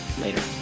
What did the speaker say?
Later